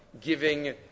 giving